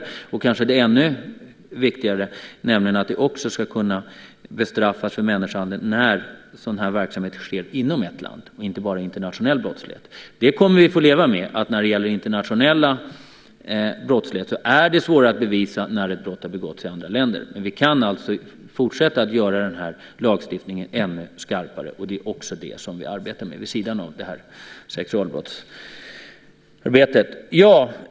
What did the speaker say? Och det som kanske är ännu viktigare är att det också ska kunna utgå straff för människohandel när sådan här verksamhet sker inom ett land. Det ska inte bara gälla internationell brottslighet. Vi kommer att få leva med att det är svårare att bevisa att ett brott har begåtts i andra länder. Men vi kan fortsätta att göra den här lagstiftningen ännu skarpare, och det arbetar vi också med vid sidan av sexualbrottsarbetet.